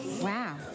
Wow